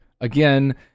again